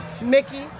Mickey